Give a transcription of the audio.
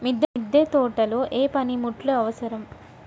మిద్దె తోటలో ఏ పనిముట్లు అవసరం?